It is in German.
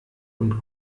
und